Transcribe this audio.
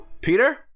peter